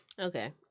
Okay